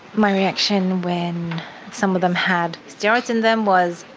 my reaction when some of them had steroids in them was,